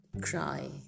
cry